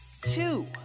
two